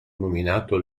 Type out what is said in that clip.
nominato